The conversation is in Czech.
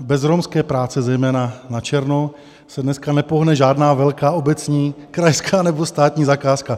bez romské práce zejména, načerno se dneska nepohne žádná velká obecní, krajská nebo státní zakázka.